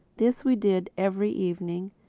this we did every evening,